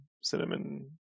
cinnamon